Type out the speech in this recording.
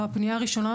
הפנייה הראשונה,